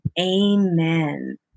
amen